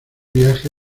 viaje